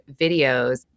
videos